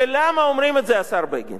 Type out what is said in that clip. ולמה אומרים את זה, השר בגין?